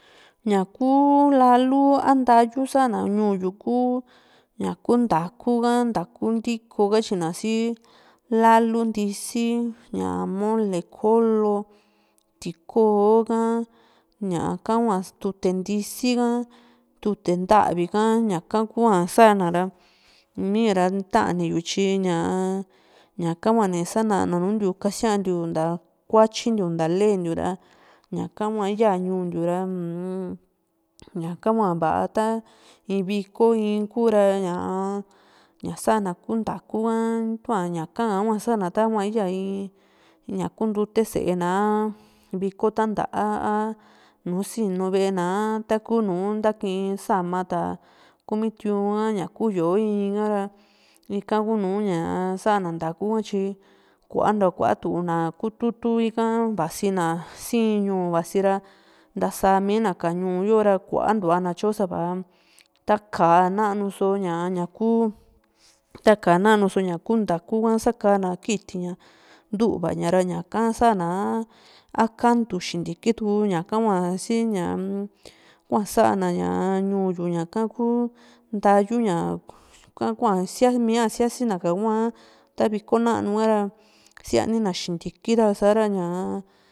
ñaku lalu a ntayu sa´na ñuu yu kuu ñaku ntáku ha ntáku ntiko katyina si, lalu ntisi, ñaa mole ko´lo, tiiko ka, ñaka hua tute ntisi ha, tute ntaavi ka, ñaka kua sa´na ra miira taani yu tyi ñaa ñaka hua ni sanana nùù ntiu kasiantiu nta kuatyintiu nta lee ntiura ñaka hua iyaa ñuu ntiu ra uú ñaka hua va´a ta in vko in ku´ra ña ña sa´na ku ntáku ka kua ñaka kua sa´na ta hua íyaa in ña kuntute sée na, a viko tantaa, a nu sinu ve´e na a, takunu ntaki sa´ma ta ku´mi tiu´n ka a ña ku yó´o in hará ika kuunu ña sa´na ntáku ha tyi kuantua kuatu na kututu ika vasi na siin ñuu vasi ra ntasaka mina ñuu yo´ra kuantua na tyo sava taka nanu so ña ku taka nanu so ñaku ntáku ha saka na kiti ña ntuuvaña ra ñaka sa´na a kantu xintiki tuu ñaka hua sii ñaa hua sa´na ñuu yu ñaka kuu ntayu ña ñaka kua siamía yasi naka huaa ta viko nanu ka´ra siani na xintiki ra sa´ra ña